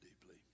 deeply